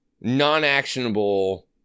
non-actionable